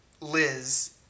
Liz